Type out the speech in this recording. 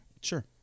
Sure